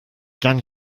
ganz